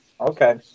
Okay